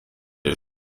dig